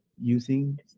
using